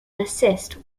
assist